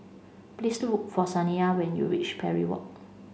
please look for Saniya when you reach Parry Walk